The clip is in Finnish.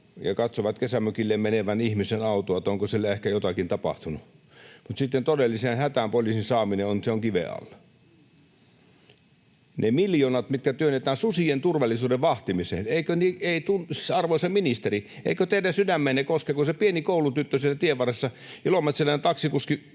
ja katsovat kesämökille menevän ihmisen autoa, että onko siellä ehkä jotakin tapahtunut, mutta sitten todelliseen hätään poliisin saaminen on kiven alla. Ne miljoonat, mitkä työnnetään susien turvallisuuden vahtimiseen... Siis arvoisa ministeri, eikö teidän sydämeenne koske se pieni koulutyttö siellä tienvarressa, kun ilomantsilainen taksikuski